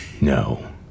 No